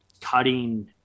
cutting